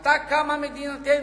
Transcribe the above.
עתה קמה מדינתנו.